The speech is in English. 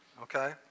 okay